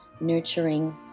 nurturing